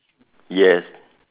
yes